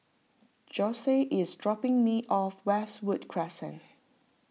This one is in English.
Josef is dropping me off Westwood Crescent